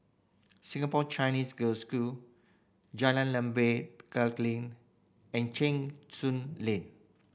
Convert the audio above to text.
Singapore Chinese Girls' School Jalan Lembah and Cheng Soon Lane